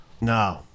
No